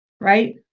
right